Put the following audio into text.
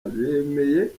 bemeye